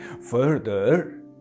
Further